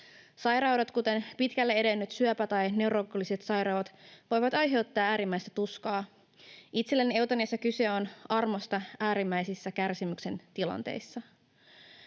Sairaudet, kuten pitkälle edennyt syöpä tai neurologiset sairaudet, voivat aiheuttaa äärimmäistä tuskaa. Itselleni eutanasiassa kyse on armosta äärimmäisissä kärsimyksen tilanteissa.